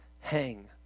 hang